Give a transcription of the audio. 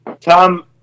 Tom